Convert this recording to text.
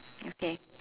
okay